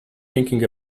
thinking